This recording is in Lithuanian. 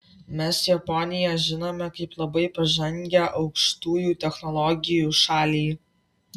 mes japoniją žinome kaip labai pažangią aukštųjų technologijų šalį